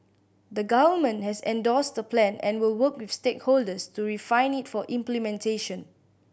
the Government has endorsed the plan and will work with stakeholders to refine it for implementation